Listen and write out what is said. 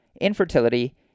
infertility